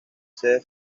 sede